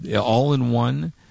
all-in-one